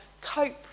cope